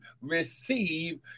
receive